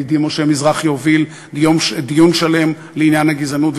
ידידי משה מזרחי הוביל דיון שלם בעניין הגזענות,